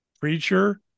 preacher